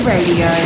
Radio